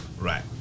Right